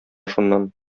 шуннан